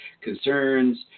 concerns